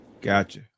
gotcha